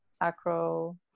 acro